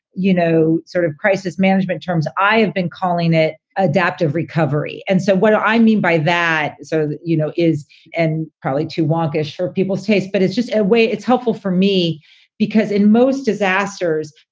you know, sort of crisis management terms. i have been calling it adaptive recovery. and so what i mean by that so, you know, is and probably to walk ashore people's tastes. but it's just a way it's helpful for me because in most disasters,